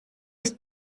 ist